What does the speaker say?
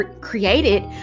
created